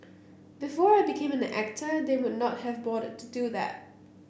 before I became an actor they would not have bothered to do that